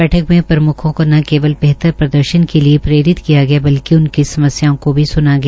बैठक में प्रम्खों को न केवल बेहतर प्रदर्शन के लिए प्रेरित किया गया बल्कि उनकी समस्याओ को भी स्ना गया